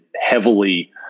heavily